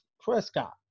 Prescott